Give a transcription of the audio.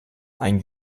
ein